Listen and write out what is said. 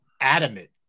adamant